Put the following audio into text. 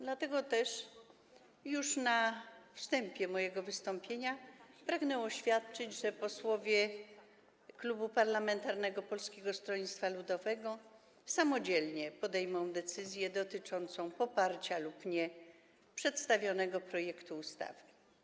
Dlatego też już na wstępie mojego wystąpienia pragnę oświadczyć, że posłowie Klubu Parlamentarnego Polskiego Stronnictwa Ludowego samodzielnie podejmą decyzję dotyczącą poparcia lub nie przedstawionego projektu ustawy.